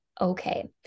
okay